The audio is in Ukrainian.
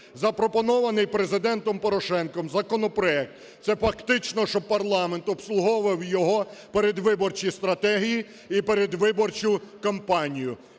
Запропонований Президентом Порошенком законопроект – це фактично, щоб парламент обслуговував його передвиборчі стратегії і передвиборчу кампанію.